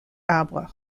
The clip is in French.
arbre